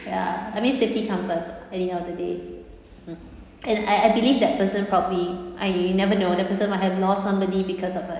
ya I mean safety comes first at the end of the day mm and I I believe that person probably I never know the person might have lost somebody because of it